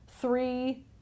three